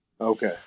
Okay